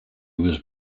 was